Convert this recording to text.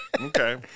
Okay